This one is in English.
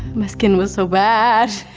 my skin was so bad.